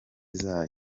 zayo